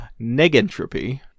negentropy